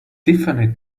tiffany